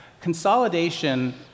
Consolidation